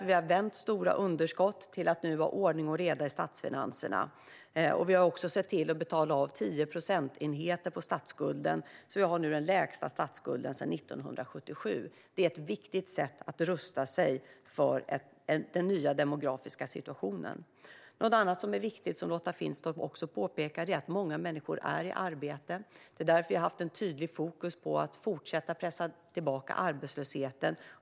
Vi har vänt stora underskott till att nu ha ordning och reda i statsfinanserna. Vi har också betalat av 10 procentenheter på statsskulden, så vi har nu den lägsta statsskulden sedan 1977. Det är ett viktigt sätt att rusta sig för den nya demografiska situationen. Något annat som är viktigt, som Lotta Finstorp också påpekar, är att många människor är i arbete. Det är därför vi har haft ett tydligt fokus på att fortsätta pressa tillbaka arbetslösheten.